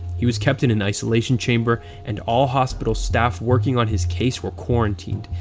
he was kept in an isolation chamber and all hospital staff working on his case were quarantined,